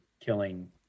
killing